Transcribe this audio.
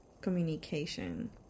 communication